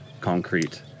concrete